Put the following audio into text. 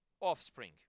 offspring